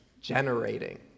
generating